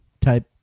type